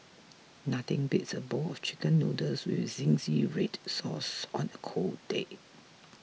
nothing beats a bowl of Chicken Noodles with Zingy Red Sauce on a cold day